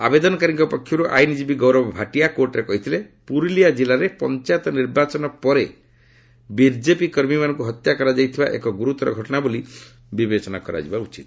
ଆବେଦନକାରୀଙ୍କ ପକ୍ଷରୁ ଆଇନଜୀବୀ ଗୌରବ ଭାଟିଆ କୋର୍ଟରେ କହିଥିଲେ ପୁରଲିଆ ଜିଲ୍ଲାରେ ପଞ୍ଚାୟତ ନିର୍ବାଚନ ପରେ ବିଜେପି କର୍ମୀମାନଙ୍କୁ ହତ୍ୟା କରାଯାଇଥିବା ଏକ ଗୁରୁତର ଘଟଣା ବୋଲି ବିବେଚନା କରାଯିବା ଉଚିତ